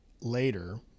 later